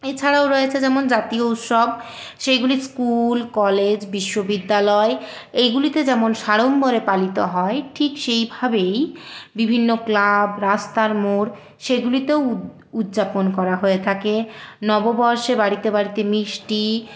এছাড়াও রয়েছে যেমন জাতীয় উৎসব সেইগুলি স্কুল কলেজ বিশ্ববিদ্যালয় এইগুলিতে যেমন সাড়ম্বরে পালিত হয় ঠিক সেইভাবেই বিভিন্ন ক্লাব রাস্তার মোর সেইগুলিতেও উদযাপন করা হয়ে থাকে নববর্ষে বাড়িতে বাড়িতে মিষ্টি